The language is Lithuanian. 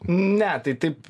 ne tai taip